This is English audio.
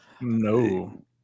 No